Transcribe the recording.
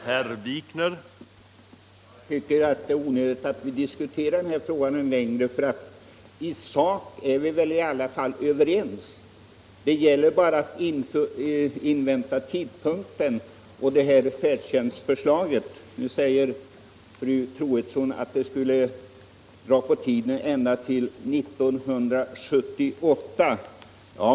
Herr talman! Jag tycker att det är onödigt att vi diskuterar den här frågan längre. I sak är vi i alla fall överens. Det gäller bara att invänta tidpunkten då det här färdtjänstförslaget kan genomföras. Nu säger fru Troedsson att det skulle dra ut på tiden ända till 1978.